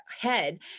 head